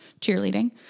cheerleading